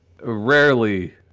rarely